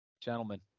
Gentlemen